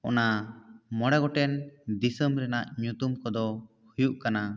ᱚᱱᱟ ᱢᱚᱬᱮ ᱜᱚᱴᱮᱱ ᱫᱤᱥᱚᱢ ᱨᱮᱱᱟᱜ ᱧᱩᱛᱩᱢ ᱠᱚᱫᱚ ᱦᱩᱭᱩᱜ ᱠᱟᱱᱟ